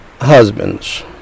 husbands